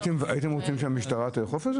הייתם רוצים שהמשטרה תאכוף את זה?